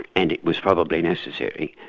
and it was probably necessary,